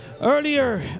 earlier